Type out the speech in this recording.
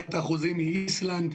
מבחינת האחוזים היא איסלנד,